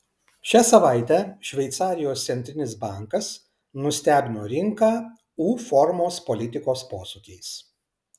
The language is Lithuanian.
šią savaitę šveicarijos centrinis bankas nustebino rinką u formos politikos posūkiais